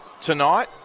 tonight